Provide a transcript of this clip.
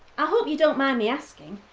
i hope you don't mind me asking,